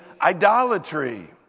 idolatry